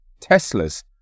Teslas